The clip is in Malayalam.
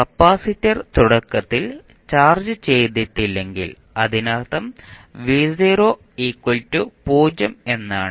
കപ്പാസിറ്റർ തുടക്കത്തിൽ ചാർജ്ജ് ചെയ്തിട്ടില്ലെങ്കിൽ അതിനർത്ഥം 0 എന്നാണ്